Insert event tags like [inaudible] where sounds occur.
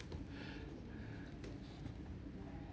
[breath]